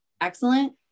excellent